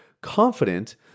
confident